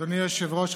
אדוני היושב-ראש,